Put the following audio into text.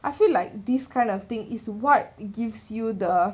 I feel like this kind of thing is what gives you the